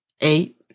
eight